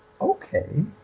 okay